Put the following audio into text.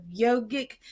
Yogic